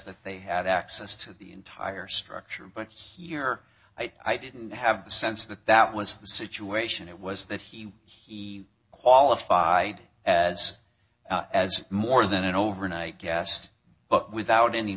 that they had access to the entire structure but here i didn't have the sense that that was the situation it was that he he qualified as as more than an overnight guest without any